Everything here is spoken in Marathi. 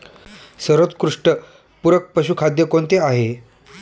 सर्वोत्कृष्ट पूरक पशुखाद्य कोणते आहे?